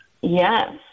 Yes